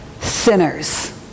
sinners